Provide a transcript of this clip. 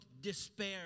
despair